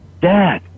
Dad